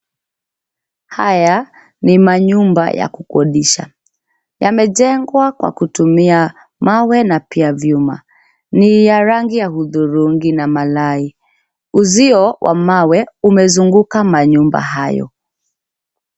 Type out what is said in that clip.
Haya ni manyumba ya kukodisha. Yamejengwa kwa kutumia mawe na pia vyuma. Ni ya rangi ya hudhurungi na malai. Uzio wa mawe umezunguka manyumba hayo